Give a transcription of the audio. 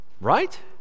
right